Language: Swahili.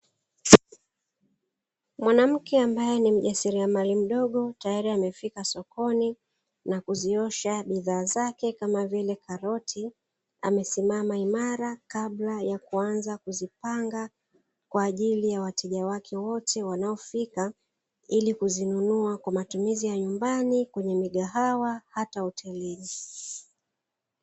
Mwanamke ambaye ni mjasiriamali mdogo, tayari amefika sokoni na kuziosha bidhaa zake, kama vile karoti. Amesimama imara kabla ya kuanza kuzipanga, kwa ajili ya wateja wake wote wanaofika ili kuzinunua kwa matumizi ya nyumbani, kwenye migahawa, hata hotelini.